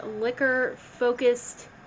liquor-focused